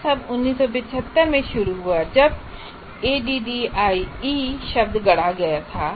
यह सब 1975 में शुरू हुआ जब ADDIE शब्द गढ़ा गया था